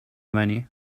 money